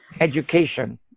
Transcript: education